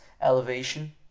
elevation